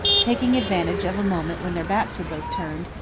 taking advantage of a moment when their backs were both turned,